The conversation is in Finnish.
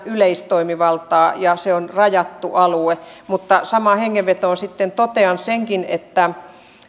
yleistoimivaltaa ja se on rajattu alue mutta samaan hengenvetoon sitten totean senkin että